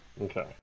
okay